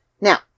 Now